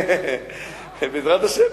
בעזרת השם.